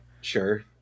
Sure